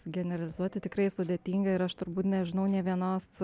generalizuoti tikrai sudėtinga ir aš turbūt nežinau nė vienos